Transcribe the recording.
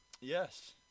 Yes